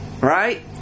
right